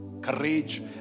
courage